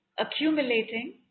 accumulating